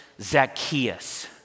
Zacchaeus